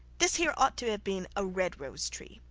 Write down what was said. this here ought to have been a red rose-tree,